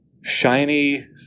Shiny